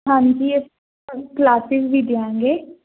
ਹਾਂਜੀ ਕਲਾਸਿਜ ਵੀ ਦਿਆਂਗੇ